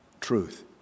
truth